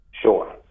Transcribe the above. Sure